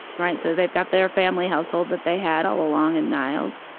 right? so they've got their family household that they had all along in niles.